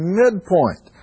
midpoint